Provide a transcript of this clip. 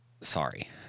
Sorry